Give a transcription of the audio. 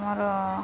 ମୋର